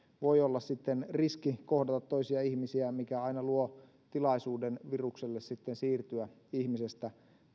voi olla riski kohdata toisia ihmisiä mikä aina luo virukselle tilaisuuden siirtyä ihmisestä